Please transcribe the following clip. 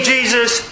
Jesus